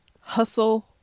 hustle